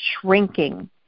shrinking